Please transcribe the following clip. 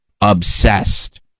obsessed